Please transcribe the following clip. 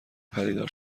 پدیدار